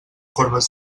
corbes